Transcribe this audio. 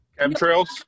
Chemtrails